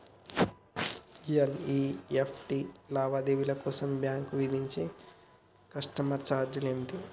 NEFT లావాదేవీల కోసం bank విధించే కస్టమర్ ఛార్జీలు ఏమిటి?